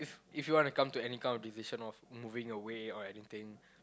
if you want to come to any kind of decision of moving away or anything